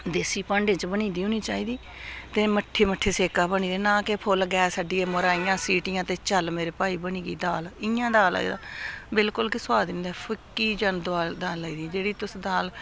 देसी भांडे च बनी दी होनी चाहिदी ते मट्ठी मट्ठी सेका बनी दी ना के फुल्ल गैस अड्डियै मराइयां सीटियां ते चल मेरी भाई बनी गेई दाल इ'यां दाल दा बिलकुल गै सोआद निं फिक्की जन दाल आई दी जेह्ड़ी तुस दाल